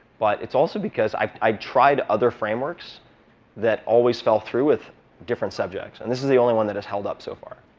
but it's also because i'd i'd tried other frameworks that always fell through with different subjects. and this is the only one that has held up so far.